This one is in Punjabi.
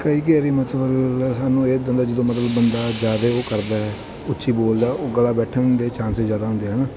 ਕਈ ਕੀ ਹੈ ਵੀ ਮਤਲਬ ਸਾਨੂੰ ਇੱਦਾਂ ਦਾ ਜਦੋਂ ਮਤਲਬ ਬੰਦਾ ਜ਼ਿਆਦਾ ਉਹ ਕਰਦਾ ਉੱਚੀ ਬੋਲਦਾ ਉਹ ਗਲਾ ਬੈਠਣ ਦੇ ਚਾਂਸਿਸ ਜ਼ਿਆਦਾ ਹੁੰਦੇ ਹੈ ਨਾ